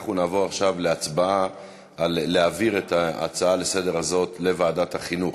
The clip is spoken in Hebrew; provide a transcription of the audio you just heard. אנחנו נעבור עכשיו להצבעה על העברת ההצעה הזאת לסדר-היום לוועדת החינוך.